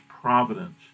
providence